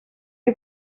you